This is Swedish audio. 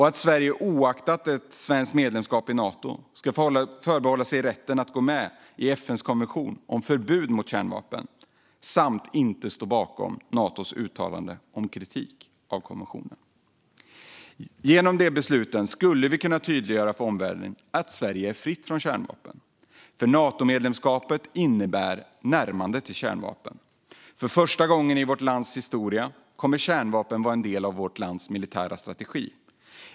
Sverige bör oaktat svenskt medlemskap i Nato förbehålla sig rätten att gå med i FN:s konvention om förbud mot kärnvapen samt inte stå bakom Natos uttalanden om kritik mot konventionen. Genom de besluten skulle vi kunna tydliggöra för omvärlden att Sverige är fritt från kärnvapen. Natomedlemskapet innebär nämligen ett närmande till kärnvapen. För första gången i vårt lands historia kommer kärnvapen att bli en del av vår militära strategi.